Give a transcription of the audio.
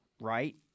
right